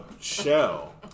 shell